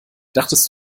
dachtest